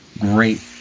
great